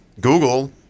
Google